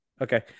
Okay